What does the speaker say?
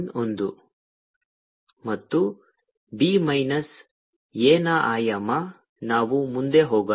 ಮತ್ತು b minus a ನ ಆಯಾಮ ನಾವು ಮುಂದೆ ಹೋಗೋಣ